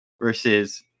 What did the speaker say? versus